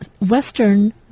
Western